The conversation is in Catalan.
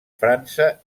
frança